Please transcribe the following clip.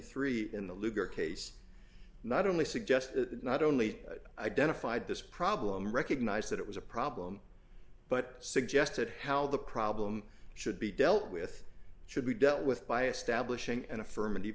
three in the luger case not only suggests that not only identified this problem recognized that it was a problem but suggested how the problem should be dealt with should be dealt with by establishing an affirmative